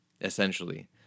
essentially